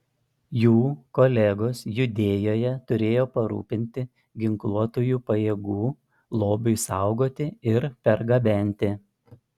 jų kolegos judėjoje turėjo parūpinti ginkluotųjų pajėgų lobiui saugoti ir pergabenti